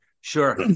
Sure